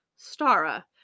stara